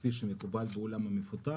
כפי שמדובר בעולם המפותח.